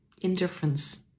indifference